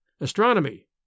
astronomy